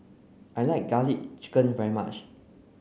I like Garlic Chicken very much